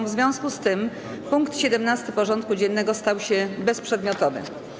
W związku z tym punkt 17. porządku dziennego stał się bezprzedmiotowy.